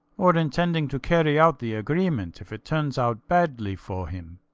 or intending to carry out the agreement if it turns out badly for him.